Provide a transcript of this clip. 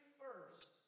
first